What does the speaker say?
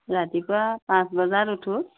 ৰাতিপুৱা পাঁচ বজাত উঠোঁ